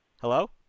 Hello